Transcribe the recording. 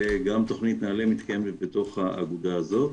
וגם תוכנית נעל"ה מתקיימת בתוך האגודה הזאת.